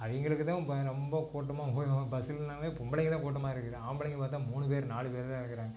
அவங்களுக்கு தான் இப்போ ரொம்ப கூட்டமாக உபயோகம் பஸ்ஸுன்னாலே பொம்பளைங்க தான் கூட்டமாக இருக்குது ஆம்பளைங்க பார்த்தா மூணு பேர் நாலு பேர் தான் இருக்கிறாங்க